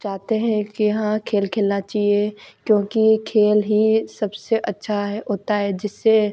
चाहते हैं कि हाँ खेल खेलना चाहिए क्योंकि खेल ही सबसे अच्छा है होता है जिससे